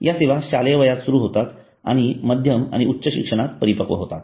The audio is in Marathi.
ह्या सेवा शालेय वयात सुरू होतात आणि मध्यम आणि उच्च शिक्षणात परिपक्व होतात